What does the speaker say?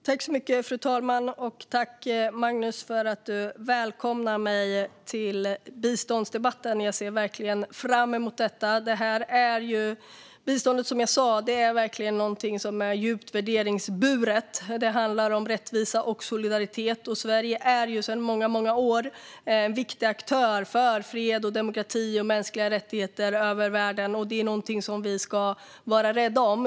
Fru talman! Jag tackar Magnus Ek för att han välkomnar mig till biståndsdebatten. Jag ser verkligen fram emot detta. Som jag sa är biståndet verkligen någonting som är djupt värderingsburet. Det handlar om rättvisa och solidaritet. Sverige är ju sedan många år tillbaka en viktig aktör för fred, demokrati och mänskliga rättigheter över världen. Det är någonting som vi ska vara rädda om.